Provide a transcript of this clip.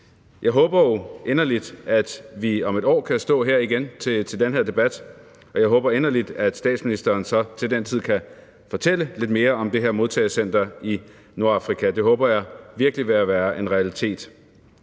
Jeg håber jo inderligt, at vi om et år kan stå her igen til den her debat, og jeg håber inderligt, at statsministeren så til den tid kan fortælle lidt mere om det her modtagecenter i Nordafrika. Det håber jeg virkelig vil være en realitet.